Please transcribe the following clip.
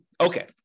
Okay